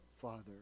father